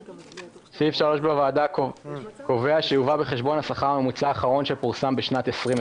סעיף 3 בוועדה קובע ש"יובא בחשבון השכר הממוצע האחרון שפורסם בשנת 2020,